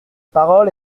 parole